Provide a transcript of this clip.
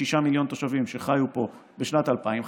כשישה מיליון תושבים שחיו פה בשנת 2000,